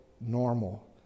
normal